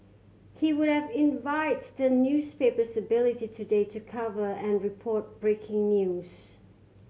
he would have envied the newspaper's ability today to cover and report breaking news